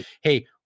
Hey